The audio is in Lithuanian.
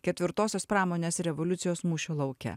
ketvirtosios pramonės revoliucijos mūšio lauke